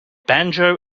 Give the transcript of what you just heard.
banjo